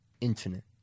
infinite